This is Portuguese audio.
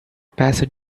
peça